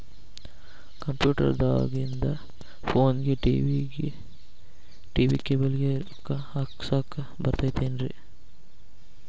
Computer ದಾಗಿಂದ್ ಫೋನ್ಗೆ, TV cable ಗೆ, ರೊಕ್ಕಾ ಹಾಕಸಾಕ್ ಬರತೈತೇನ್ರೇ?